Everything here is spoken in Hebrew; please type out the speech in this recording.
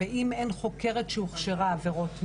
באם אין חוקרת שהוכשרה לעבירות מין,